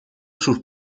sus